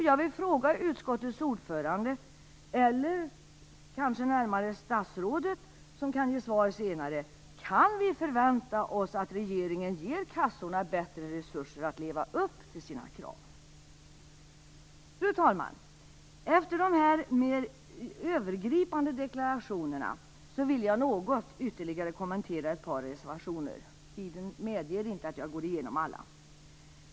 Jag vill fråga utskottets ordförande, eller statsrådet, som kan ge svar senare: Kan vi förvänta oss att regeringen ger kassorna bättre resurser att leva upp till sina krav? Fru talman! Efter dessa mer övergripande deklarationer vill jag något ytterligare kommentera ett par reservationer. Tiden medger inte att jag går igenom alla.